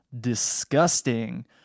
disgusting